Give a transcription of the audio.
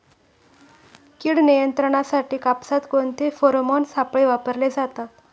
कीड नियंत्रणासाठी कापसात कोणते फेरोमोन सापळे वापरले जातात?